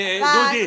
דודי,